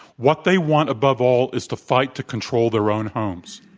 what they want above all is to fight to control their own homes.